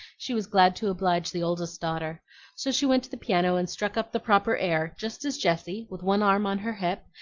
she was glad to oblige the oldest daughter so she went to the piano and struck up the proper air just as jessie, with one arm on her hip,